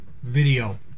Video